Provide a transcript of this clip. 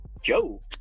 Joe